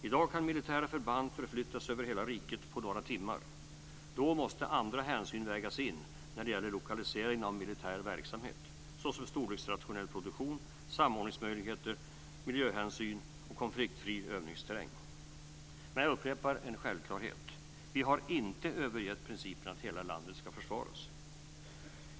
I dag kan militära förband förflyttas över hela riket på några timmar. Då måste andra hänsyn vägas in när det gäller lokalisering av militär verksamhet, såsom storleksrationell produktion, samordningsmöjligheter, miljöhänsyn och konfliktfri övningsterräng. Men jag upprepar en självklarhet: Vi har inte övergett principen att hela landet ska försvaras.